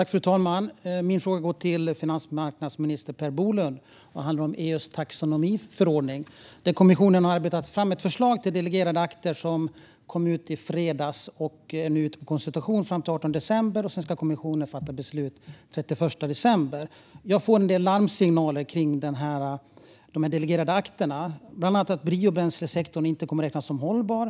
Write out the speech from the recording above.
Fru talman! Min fråga går till finansmarknadsminister Per Bolund och handlar om EU:s taxonomiförordning. Kommissionen har alltså arbetat fram ett förslag till delegerade akter som kom ut i fredags och nu är ute på konsultation fram till den 18 december. Sedan ska kommissionen fatta beslut den 31 december. Jag får en del larmsignaler kring de delegerade akterna, bland annat att biobränslesektorn inte kommer att räknas som hållbar.